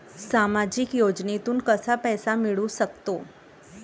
सामाजिक योजनेतून कसा पैसा मिळू सकतो?